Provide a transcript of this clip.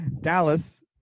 Dallas